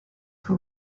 who